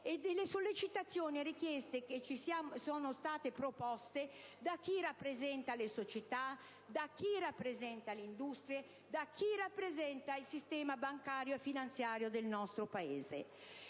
e le sollecitazioni e richieste che ci sono state avanzate da chi rappresenta le società, da chi rappresenta le industrie, da chi rappresenta il sistema bancario e finanziario del nostro Paese.